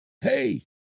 hey